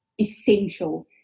essential